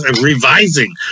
revising